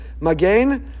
magain